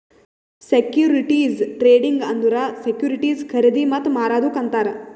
securities trading ಅಂದುರ್ securities ಖರ್ದಿ ಮತ್ತ ಮಾರದುಕ್ ಅಂತಾರ್